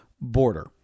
border